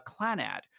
Clanad